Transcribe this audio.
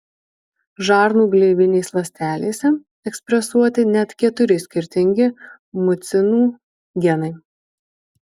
žarnų gleivinės ląstelėse ekspresuoti net keturi skirtingi mucinų genai